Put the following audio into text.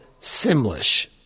Simlish